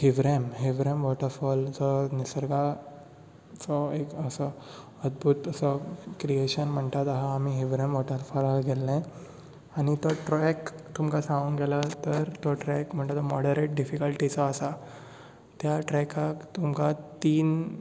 हीवरेम हीवरेम वॉटरफॉलचो निसर्गाचो एक असो अद्भुत असो क्रिऐशन म्हणटा तो आसा आमी हीवरेम वॉटरफोलार गेल्ले आनी तो ट्रेक तुमकां सांगूंक गेलो तर तो ट्रेक म्हणटा तो मॉडरेट डीफीकल्टीचो आसा त्या ट्रेकाक तुमकां तीन